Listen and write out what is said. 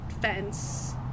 fence